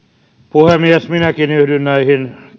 puhemies minäkin yhdyn näihin